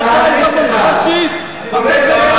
פאשיסט אתה.